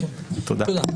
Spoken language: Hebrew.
תודה.